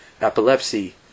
epilepsy